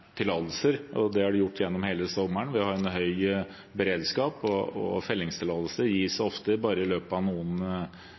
gjort gjennom hele sommeren. Vi har en høy beredskap, og fellingstillatelser gis